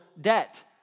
debt